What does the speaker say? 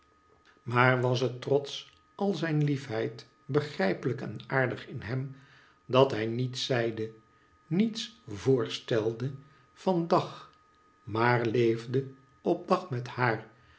maar was het trots al zijn liefheid begrijpelijk en aardig in hem dat hij niets zeide niets voorstelde van dag maar ieefde op dag met haar